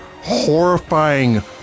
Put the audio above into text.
horrifying